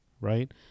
right